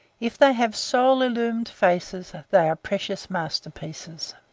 if they have soul-illumined faces they are precious masterpieces.